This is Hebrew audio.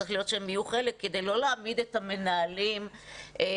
צריך שהם יהיו חלק כדי לא להעמיד את המנהלים בתווך,